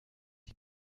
die